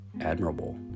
admirable